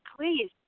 please